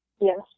Yes